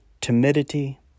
timidity